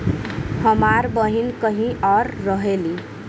हमार बहिन कहीं और रहेली